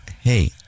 Hey